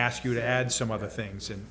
ask you to add some other things